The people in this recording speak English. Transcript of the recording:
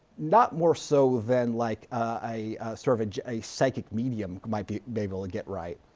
not more so than like a, sort of a psychic medium might be be able to get right.